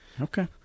Okay